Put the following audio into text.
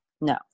no